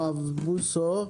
הרב בוסו.